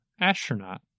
Astronaut